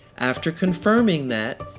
after confirming that,